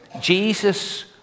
Jesus